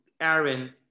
Aaron